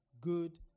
good